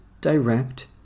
direct